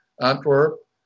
Antwerp